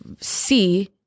see